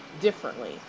differently